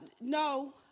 No